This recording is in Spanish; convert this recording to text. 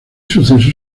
suceso